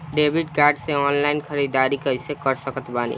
Debit card से online ख़रीदारी कैसे कर सकत बानी?